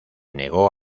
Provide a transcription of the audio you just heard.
negó